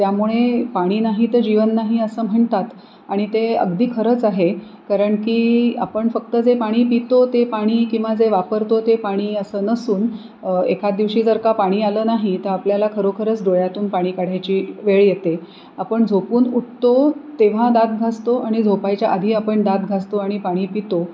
त्यामुळे पाणी नाही तर जीवन नाही असं म्हणतात आणि ते अगदी खरंच आहे कारण की आपण फक्त जे पाणी पितो ते पाणी किंवा जे वापरतो ते पाणी असं नसून एखाद दिवशी जर का पाणी आलं नाही तर आपल्याला खरोखरच डोळ्यातून पाणी काढायची वेळ येते आपण झोपून उठतो तेव्हा दात घासतो आणि झोपायच्या आधी आपण दात घासतो आणि पाणी पितो